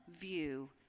view